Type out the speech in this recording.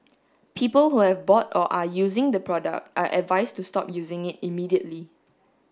people who have bought or are using the product are advised to stop using it immediately